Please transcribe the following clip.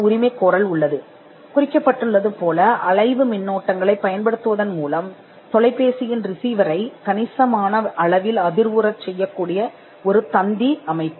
தந்தி அமைப்பு இதில் ரிசீவர் அதிர்வுற்ற நிலையில் மின்சாரத்தின் நீரோட்ட மின்னோட்டங்களைப் பயன்படுத்துவதன் மூலம் அமைக்கப்பட்டுள்ளது